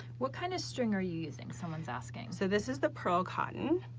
what kind of string are you using? someone's asking. so this is the pearl cotton.